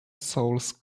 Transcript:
souls